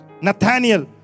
Nathaniel